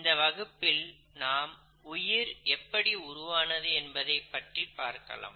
இந்த வகுப்பில் நாம் உயிர் எப்படி உருவானது என்பதைப் பற்றி பார்க்கலாம்